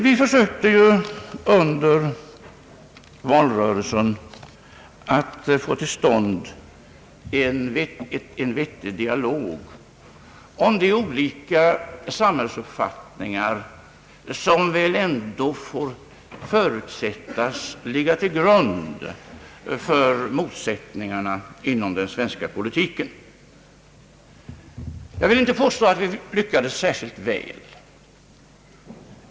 Vi försökte under valrörelsen att få till stånd en vettig dialog om de olika samhällsuppfattningar som får förutsättas ligga till grund för motsättningarna inom den svenska politiken. Jag vill inte påstå att vi lyckades särskilt väl.